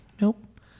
Nope